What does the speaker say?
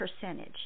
percentage